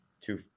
two